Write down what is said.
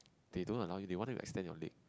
they don't allow you they want you to extend your leg